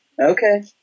Okay